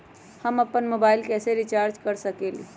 हम अपन मोबाइल कैसे रिचार्ज कर सकेली?